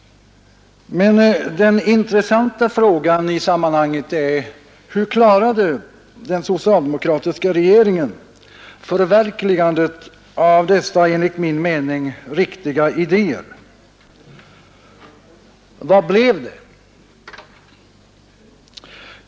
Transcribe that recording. Men den intressanta frågan i sammanhanget är: Hur klarade den socialdemokratiska regeringen förverkligandet av dessa enligt min mening riktiga idéer? Vad blev det?